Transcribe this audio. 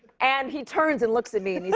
and he turns and looks at me, and he